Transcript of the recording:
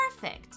perfect